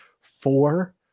four